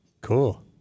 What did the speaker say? Cool